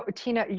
ah tina,